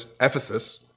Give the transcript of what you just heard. Ephesus